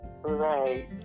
Right